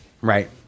Right